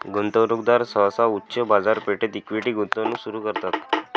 गुंतवणूकदार सहसा उच्च बाजारपेठेत इक्विटी गुंतवणूक सुरू करतात